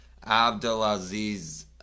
Abdulaziz